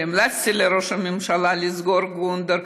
והמלצתי לראש הממשלה לסגור את גונדר,